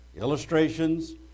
illustrations